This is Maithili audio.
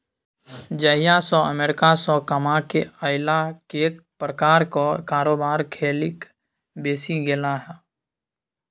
जहिया सँ अमेरिकासँ कमाकेँ अयलाह कैक प्रकारक कारोबार खेलिक बैसि गेलाह